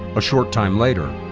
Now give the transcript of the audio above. a short time later,